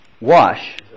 wash